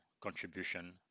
contribution